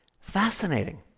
fascinating